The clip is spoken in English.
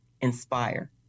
inspire